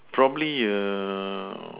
probably err